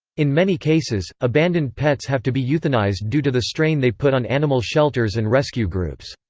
in many cases, abandoned pets have to be euthanized due to the strain they put on animal shelters and rescue groups.